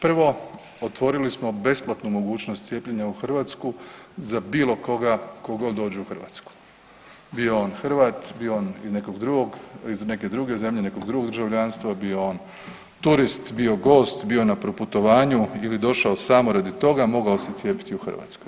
Prvo otvorili smo besplatnu mogućnost cijepljenja u Hrvatskoj za bilo koga tko god dođe u Hrvatsku bio on Hrvat, bio on iz nekog drugog, iz neke druge zemlje, nekog drugog državljanstva, bio on turist, bio gost, bio na proputovanju ili došao samo radi toga mogao se cijepiti u Hrvatskoj.